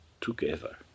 together